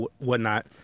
whatnot